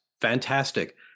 fantastic